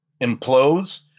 implodes